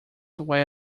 why